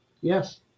yes